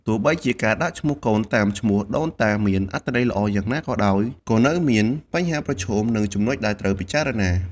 ទោះបីជាការដាក់ឈ្មោះកូនតាមឈ្មោះដូនតាមានអត្ថន័យល្អយ៉ាងណាក៏ដោយ ក៏នៅមានបញ្ហាប្រឈម និងចំណុចដែលត្រូវពិចារណា។